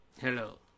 hello